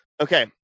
Okay